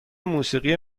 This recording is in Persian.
موسیقی